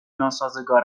ناسازگار